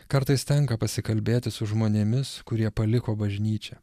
kartais tenka pasikalbėti su žmonėmis kurie paliko bažnyčią